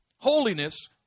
Holiness